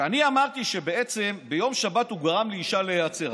שאני אמרתי שבעצם ביום שבת הוא גרם לאישה להיעצר.